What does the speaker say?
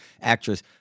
actress